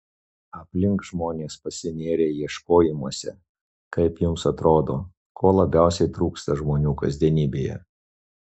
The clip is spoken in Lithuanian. aplink žmonės pasinėrę ieškojimuose kaip jums atrodo ko labiausiai trūksta žmonių kasdienybėje